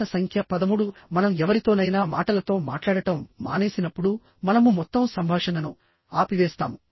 ప్రశ్న సంఖ్య 13 మనం ఎవరితోనైనా మాటలతో మాట్లాడటం మానేసినప్పుడు మనము మొత్తం సంభాషణను ఆపివేస్తాము